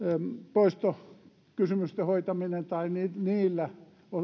poistokysymysten hoitaminen tai niillä